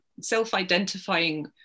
self-identifying